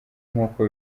nk’uko